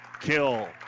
kill